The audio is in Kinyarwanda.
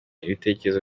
ibitekerezo